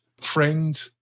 friend